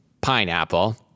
Pineapple